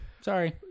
Sorry